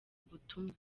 ubutumwa